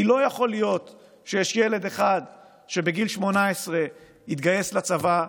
כי לא יכול להיות שיש ילד אחד שבגיל 18 יתגייס לצבא,